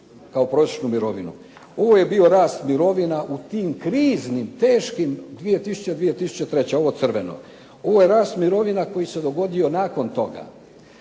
kao prosječnu mirovinu. Ovo je bio rast mirovina u tim kriznim, teškim 2000., 2003. ovo crveno. Ovo je rast mirovina koji se dogodio nakon toga.